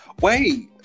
wait